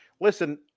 Listen